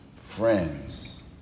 friends